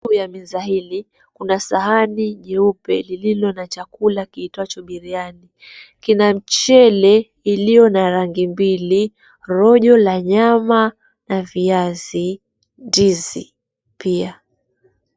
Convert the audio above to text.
Juu ya meza hili kuna sahani jeupe lililo na chakula kiitwacho biriani kina mchele iliyo na rangi mbili rojo la nyama na viazi, ndizi pia.